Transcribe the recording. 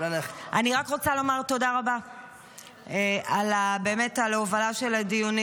אני רק רוצה לומר תודה רבה על ההובלה של הדיונים